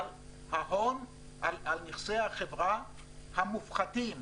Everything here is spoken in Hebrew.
ההון על נכסי החברה המופחתים.